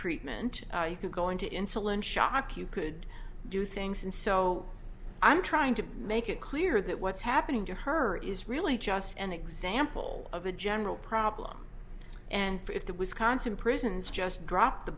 treatment you could go into insulin shock you could do things and so i'm trying to make it clear that what's happening to her is really just an example of a general problem and if the wisconsin prisons just dropped the